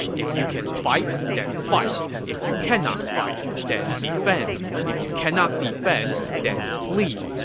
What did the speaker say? if you can fight, then fight. if you cannot fight, then defend. if you cannot defend, then flee.